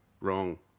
wrong